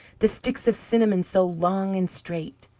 the sticks of cinnamon so long and straight,